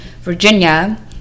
Virginia